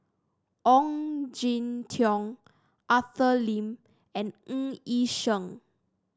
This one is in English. Ong Jin Teong Arthur Lim and Ng Yi Sheng